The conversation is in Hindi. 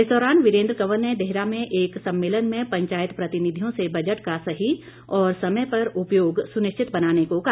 इस दौरान वीरेन्द्र कंवर ने देहरा में एक सम्मेलन में पंचायत प्रतिनिधियों से बजट का सही और समय पर उपयोग सुनिश्चित बनाने को कहा